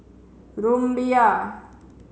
Rumbia